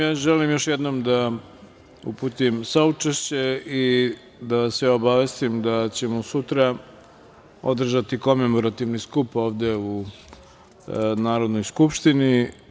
Ja želim još jednom da uputim saučešće i da vas sve obavestim da ćemo sutra održati komemorativni skup ovde u Narodnoj skupštini.